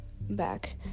back